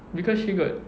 because she got